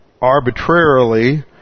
arbitrarily